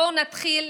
בואו נתחיל